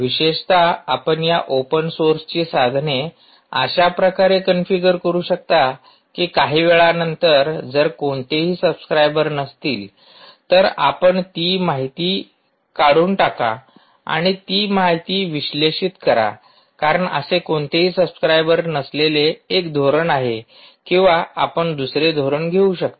विशेषत आपण या ओपन सोर्सची साधने अशा प्रकारे कॉन्फिगर करू शकता की काही वेळानंतर जर कोणतेही सब्सक्राइबर नसतील तर आपण फक्त ती माहिती काढून टाका आणि ती माहिती विश्लेषित करा कारण असे कोणतेही सब्सक्राइबर नसलेले एक धोरण आहे किंवा आपण दुसरे धोरण घेऊ शकता